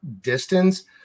distance